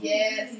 Yes